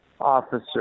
officer